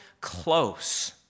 close